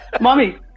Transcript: Mommy